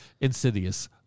Insidious